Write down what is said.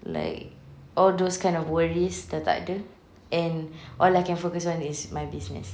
like all those kind of worries dah tak ada and all I can focus on is my business